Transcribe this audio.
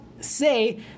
say